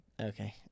Okay